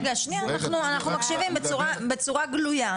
רגע, שניה, אנחנו מקשיבים בצורה גלויה.